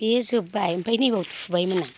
बेयो जोब्बाय ओमफ्राय नैबेयाव थुबायमोन आं